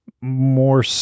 more